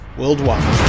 worldwide